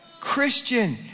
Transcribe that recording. Christian